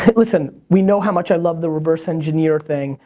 but listen, we know how much i love the reverse engineer thing.